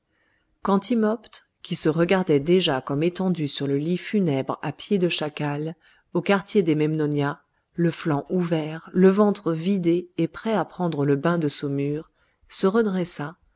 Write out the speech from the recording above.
quand timopht qui se regardait déjà comme étendu sur le lit funèbre à pieds de chacal au quartier des memnonia le flanc ouvert le ventre vidé et prêt à prendre le bain de saumure se redressa